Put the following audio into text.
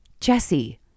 jesse